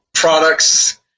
products